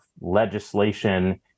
legislation